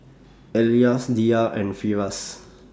Elyas Dhia and Firash